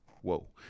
Whoa